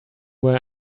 were